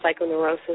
Psychoneurosis